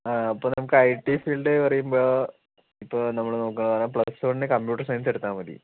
ആ അപ്പൊൾ നമുക്ക് ഐടി ഫീൽഡ്ന്നു പറയുമ്പോൾ ഇപ്പൊൾ നമ്മള് നോക്കുക പ്ലസ് വൺന് കംപ്യൂട്ടർ സയൻസെടുത്താൽ മതി